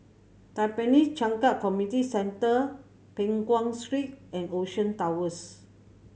Tampines Changkat Community Centre Peng Nguan Street and Ocean Towers